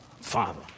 Father